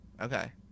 Okay